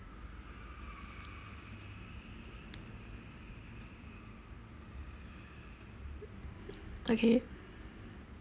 okay